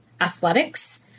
athletics